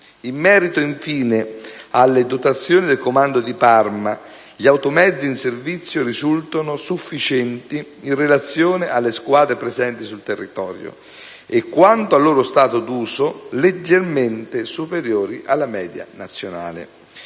In merito, infine, alle dotazioni del comando di Parma, gli automezzi in servizio risultano sufficienti in relazione alle squadre presenti sul territorio e, quanto al loro stato d'uso, leggermente superiori alla media nazionale.